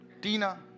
Tina